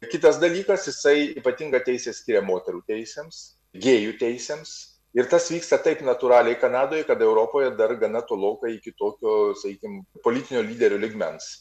kitas dalykas jisai ypatingą teisės į moterų teisėms gėjų teisėms ir tas vyksta taip natūraliai kanadoj kad europoje dar gana tolokai iki tokio sakykim politinio lyderio lygmens